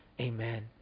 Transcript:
Amen